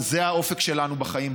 זה האופק שלנו בחיים,